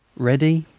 ready?